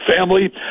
family